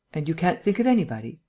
and you can't think of anybody?